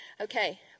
Okay